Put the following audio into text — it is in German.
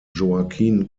joaquin